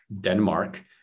Denmark